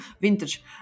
vintage